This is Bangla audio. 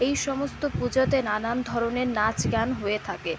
এই সমস্ত পূজাতে নানান ধরনের নাচ গান হয়ে থাকে